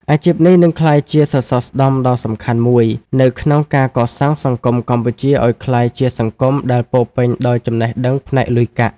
អាជីពនេះនឹងក្លាយជាសសរស្តម្ភដ៏សំខាន់មួយ នៅក្នុងការកសាងសង្គមកម្ពុជាឱ្យក្លាយជាសង្គមដែលពោរពេញដោយចំណេះដឹងផ្នែកលុយកាក់។